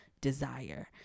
desire